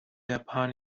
upon